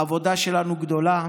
העבודה שלנו גדולה.